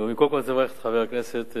קודם כול, אני רוצה לברך את חבר הכנסת דואן,